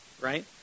right